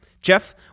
jeff